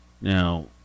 Now